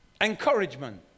encouragement